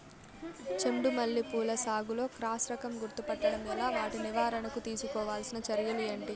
చెండు మల్లి పూల సాగులో క్రాస్ రకం గుర్తుపట్టడం ఎలా? వాటి నివారణకు తీసుకోవాల్సిన చర్యలు ఏంటి?